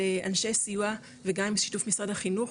לאנשי הסיוע וגם עם שיתוף משרד החינוך,